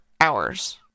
hours